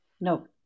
no